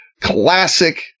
classic